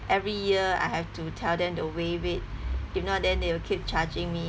every year I have to tell them to waive it if not then they will keep charging me